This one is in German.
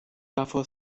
davor